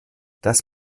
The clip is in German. das